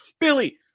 Billy